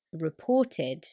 reported